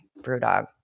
BrewDog